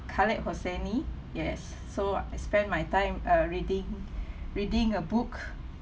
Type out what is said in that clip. khalid hussain yes so I spend my time uh reading reading a book